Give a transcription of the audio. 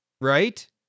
right